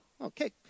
Okay